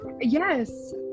Yes